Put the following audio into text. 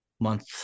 month